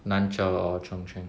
南侨 or chung cheng